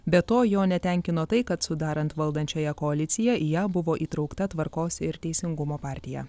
be to jo netenkino tai kad sudarant valdančiąją koaliciją į ją buvo įtraukta tvarkos ir teisingumo partija